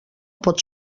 pot